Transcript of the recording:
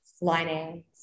lining